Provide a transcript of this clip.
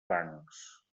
bancs